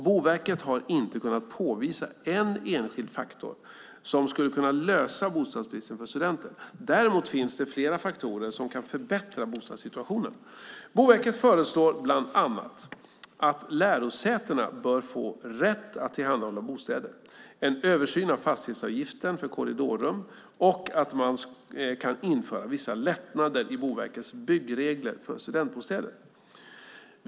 Boverket har inte kunnat påvisa en enskild faktor som skulle kunna lösa bostadsbristen för studenter. Däremot finns det flera faktorer som kan förbättra bostadssituationen. Boverket föreslår bland annat att lärosätena bör få rätt att tillhandahålla bostäder, en översyn av fastighetsavgiften för korridorrum och att man kan införa vissa lättnader i Boverkets byggregler för studentbostäder.